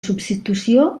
substitució